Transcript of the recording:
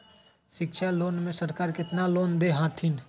शिक्षा लोन में सरकार केतना लोन दे हथिन?